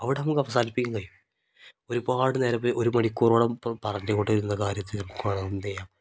അവിടെ നമുക്ക് അവസാനിപ്പിക്കാൻ കഴിയും ഒരുപാട് നേരം ഇപ്പോൾ ഒരു മണിക്കൂറോളം ഇപ്പം പറഞ്ഞുകൊണ്ടിരുന്ന കാര്യത്തിനെ ഇപ്പം നമുക്ക് വേണമെങ്കിൽ എന്ത് ചെയ്യാം